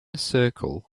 circle